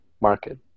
market